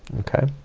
okay?